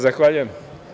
Zahvaljujem.